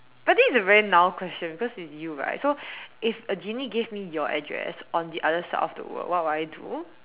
but this is a very null question because it's you right so if a genie gave me your address on the other side of the world what would I do